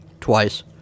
Twice